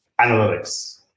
analytics